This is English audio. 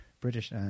British –